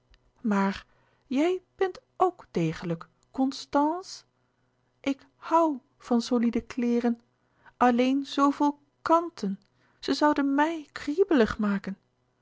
zielen jij bent ok degelijk constànce ik hoû van soliede kleêren alleen zooveel kanten zoûden mij kriebelig maken